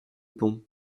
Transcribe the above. pont